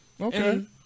okay